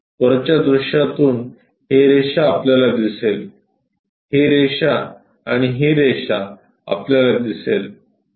वरच्या दृश्यातून ही रेषा आपल्याला दिसेल ही रेषा आणि ही रेषा आपल्याला दिसेल